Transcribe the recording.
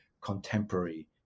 Contemporary